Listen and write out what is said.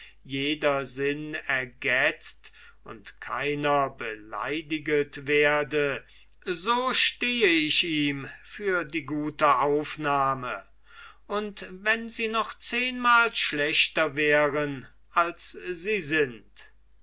jeder sinn ergötzt und keiner beleidiget werde so stehe ich ihm für die gute aufnahme und wenn sie noch zehnmal schlechter wären als sie sind